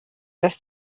dass